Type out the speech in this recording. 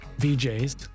VJ's